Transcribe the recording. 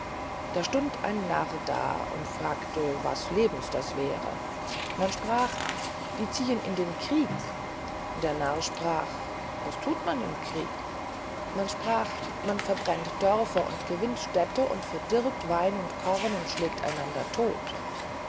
da stund ein narr da und fragte was lebens das wäre man sprach die ziehen in den krieg der narr sprach was tut man im krieg man sprach man verbrennt dörfer und gewinnt städte und verdirbt wein und korn und schlägt einander tot